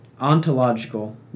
ontological